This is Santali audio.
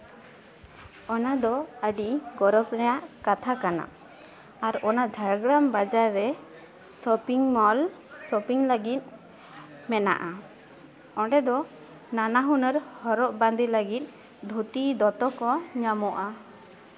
ᱚᱱᱟ ᱫᱚ ᱟᱹᱰᱤ ᱜᱚᱨᱚᱵᱽ ᱨᱮᱱᱟᱜ ᱠᱟᱛᱷᱟ ᱠᱟᱱᱟ ᱟᱨ ᱚᱱᱟ ᱡᱷᱟᱲᱜᱨᱟᱢ ᱵᱟᱡᱟᱨ ᱨᱮ ᱥᱚᱯᱤᱝ ᱢᱚᱞ ᱥᱚᱯᱤᱝ ᱞᱟᱹᱜᱤᱫ ᱢᱮᱱᱟᱜᱼᱟ ᱚᱸᱰᱮ ᱫᱚ ᱱᱟᱱᱟ ᱦᱩᱱᱟᱹᱨ ᱦᱚᱨᱚᱜ ᱵᱟᱸᱫᱮ ᱞᱟᱹᱜᱤᱫ ᱫᱷᱩᱛᱤ ᱫᱚᱛᱚ ᱠᱚ ᱧᱟᱢᱚᱜᱼᱟ